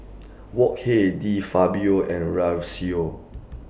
Wok Hey De Fabio and